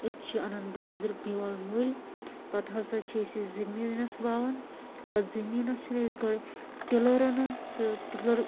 أسۍ چھِ اَنان بازرٕ بیٛول مٔلۍ پَتہٕ ہسا چھِ أسی یہِ زٔمیٖنَس وۄوان تَتھ زٔمیٖنَس چھِنہٕ أسۍ گۄڈٕ ٹِلر اَنان سُہ ٹِلر